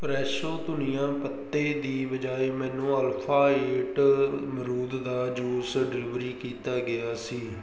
Fresho ਧਨੀਆ ਪੱਤੇ ਦੀ ਬਜਾਏ ਮੈਨੂੰ ਅਲਫਾ ਏਟ ਅਮਰੂਦ ਦਾ ਜੂਸ ਡਿਲੀਵਰ ਕੀਤਾ ਗਿਆ ਸੀ